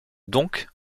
donc